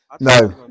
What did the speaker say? No